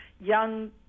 young